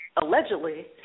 allegedly